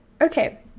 Okay